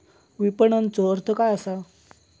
विपणनचो अर्थ काय असा?